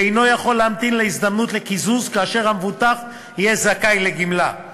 ואינו יכול להמתין להזדמנות לקיזוז כאשר המבוטח יהיה זכאי לגמלה.